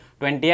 20